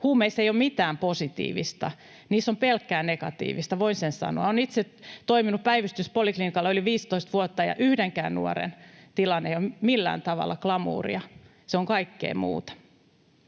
Huumeissa ei ole mitään positiivista, niissä on pelkkää negatiivista, voin sen sanoa. Olen itse toiminut päivystyspoliklinikalla yli 15 vuotta, ja yhdenkään nuoren tilanne ei ole millään tavalla glamouria, se on kaikkea muuta.